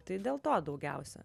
tai dėl to daugiausia